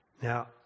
Now